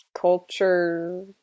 culture